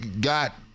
got